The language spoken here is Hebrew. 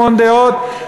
המון דעות,